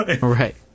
right